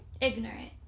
Ignorant